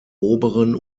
oberen